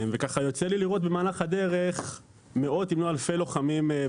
ויוצא לי לראות במהלך הדרך מאות אם לא אלפי לוחמים,